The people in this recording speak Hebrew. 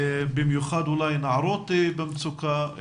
במיוחד אולי נערות במצוקה,